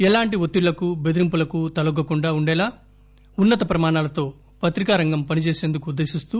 ఏలాంటి ఒత్తిళ్ళకు బెదిరింపులకు తలోగ్గకుండా ఉండేలా ఉన్న తప్రమాణాలతో పత్రికారంగం పనిచేసందుకు ఉద్దేశిస్తూ